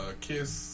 Kiss